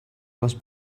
must